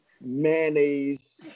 mayonnaise